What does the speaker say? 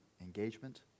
engagement